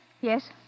Yes